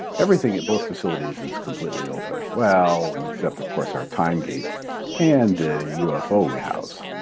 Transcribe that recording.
everything at both facilities is completely open. well, except, of course, our time gate and the ufo we house.